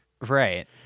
Right